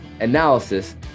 analysis